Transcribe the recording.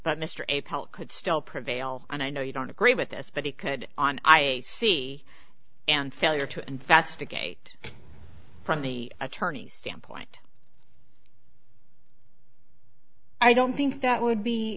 apell could still prevail and i know you don't agree with this but he could on i see and failure to investigate from the attorney's standpoint i don't think that would be